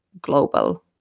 Global